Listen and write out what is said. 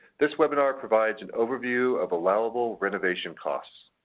this webinar provides an overview of allowable renovation costs.